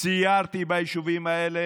סיירתי ביישובים האלה,